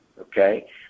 okay